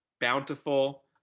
Bountiful